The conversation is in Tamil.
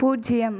பூஜ்ஜியம்